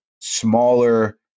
smaller